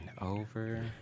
over